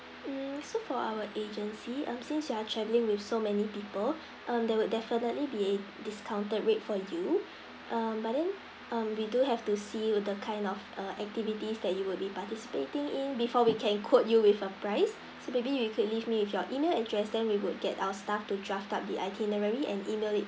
mm so for our agency mm since you're travelling with so many people err there would definitely be discounted rate for you mm but then mm we do have to see you the kind of err activities that you would be participating in before we can quote you with a price so maybe you could leave me with your email address then we would get our staff to just draft up the itinerary and email it